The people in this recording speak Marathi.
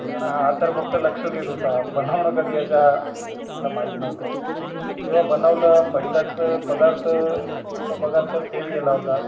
कारण हा हा तर फक्त लक्ष देत होता बनवणं कधी याच्या याला माहीत नव्हतं जेव्हा बनवलं पहिलाच पदार्थ तसं बघाल तर फेल गेला होता